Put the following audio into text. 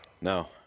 No